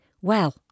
Well